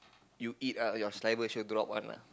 you eat ah your saliva sure drop one ah